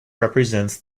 represents